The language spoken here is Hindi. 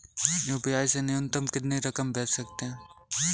यू.पी.आई से न्यूनतम कितनी रकम भेज सकते हैं?